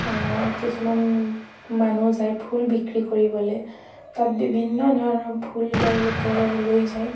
কিছুমান মানুহ যায় ফুল বিক্ৰী কৰিবলৈ তাত বিভিন্ন ধৰণৰ ফুল তেওঁলোকে লৈ যায়